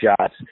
shots